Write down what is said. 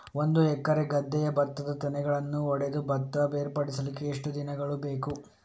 ಒಂದು ಎಕರೆ ಗದ್ದೆಯ ಭತ್ತದ ತೆನೆಗಳನ್ನು ಹೊಡೆದು ಭತ್ತ ಬೇರ್ಪಡಿಸಲಿಕ್ಕೆ ಎಷ್ಟು ದಿನಗಳು ಬೇಕು?